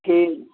ٹھیٖک